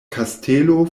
kastelo